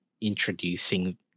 introducing